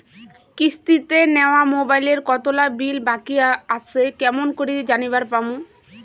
কিস্তিতে নেওয়া মোবাইলের কতোলা বিল বাকি আসে কেমন করি জানিবার পামু?